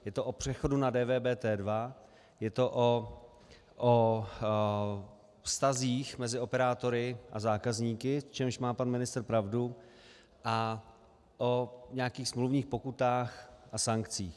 Je to o přechodu na DVBT2, je to o vztazích mezi operátory a zákazníky, v čemž má pan ministr pravdu, a o nějakých smluvních pokutách a sankcích.